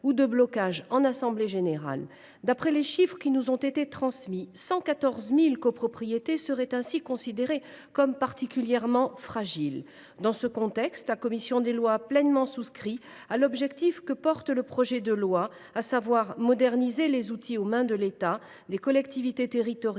ou de blocages en assemblée générale. D’après les chiffres qui nous ont été transmis, 114 000 copropriétés seraient ainsi considérées comme particulièrement fragiles. Dans ce contexte, la commission des lois soutient pleinement l’ambition que porte le projet de loi de moderniser les outils aux mains de l’État, des collectivités territoriales